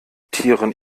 tieren